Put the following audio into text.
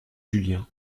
julien